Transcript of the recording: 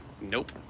Nope